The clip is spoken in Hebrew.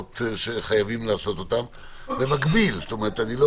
דיברנו בזמנו על גוף שאמור לאשר דבר כזה, נשיא או